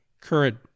current